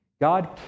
God